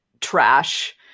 trash